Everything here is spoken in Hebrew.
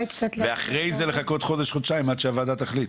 ואחרי זה לחכות חודש חודשיים עד שהוועדה תחליטה?